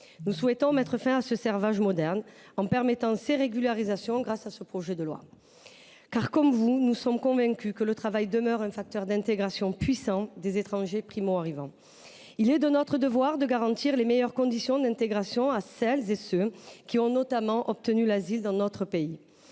Nous souhaitons mettre fin à ce servage moderne, en permettant ces régularisations grâce à ce projet de loi. Comme vous, nous sommes en effet convaincus que le travail demeure un facteur d’intégration puissant des étrangers primo arrivants. Il est de notre devoir de garantir les meilleures conditions d’intégration à celles et à ceux qui ont notamment obtenu l’asile dans notre pays.